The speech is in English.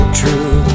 true